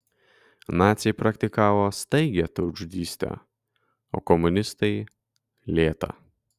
naciai praktikavo staigią tautžudystę o komunistai lėtą